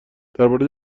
درباره